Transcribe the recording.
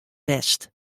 west